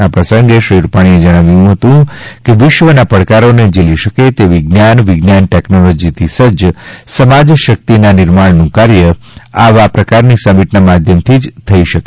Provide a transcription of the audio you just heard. આ પ્રસંગે શ્રી રૂપાણીએ જણાવ્યું કે વિશ્વના પડકારોને ઝીલી શકે તેવી જ્ઞાન વિજ્ઞાન ટેકનોલોજીથી સજ્જ સમાજ શક્તિના નિર્માણનું કાર્ય આવા પ્રકારની સમિટના માધ્યમથી જ થઇ શકે